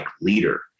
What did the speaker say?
leader